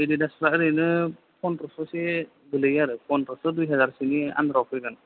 एडिडासफ्रा ओरैनो पन्द्रस'सो गोग्लैयो आरो पन्द्रस' दुइ हाजारसोनि आन्डाराव फैगोन